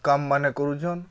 କାମ୍ମାନେ କରୁଛନ୍